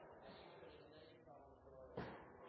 neste